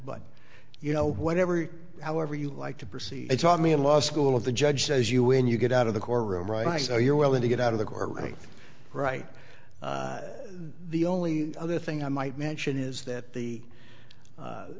but you know whatever however you like to perceive it taught me in law school of the judge says you when you get out of the courtroom right i so you're willing to get out of the doorway right the only other thing i might mention is that the